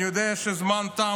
אני יודע שהזמן תם.